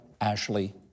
Ashley